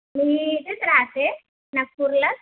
मी इथेच रहाते नागपूरला